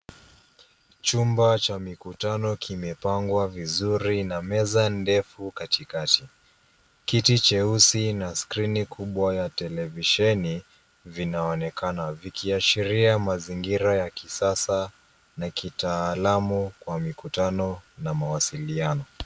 Chumba cha mikutano kimepangwa vizuri na meza ndefu katikati. Kiti cheusi na skrini kubwa ya televisheni vinaonekana vikiashiria mazingira ya kisasa na kitaalamu kwa mikutano na mwasiliano.